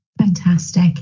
Fantastic